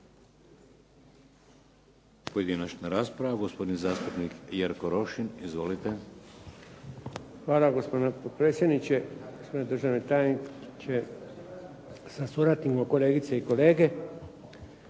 Pojedinačna rasprava, gospodin zastupnik Jerko Rošin. Izvolite. **Rošin, Jerko (HDZ)** Hvala gospodine potpredsjedniče, gospodine državni tajniče sa suradnicima, kolegice i kolege.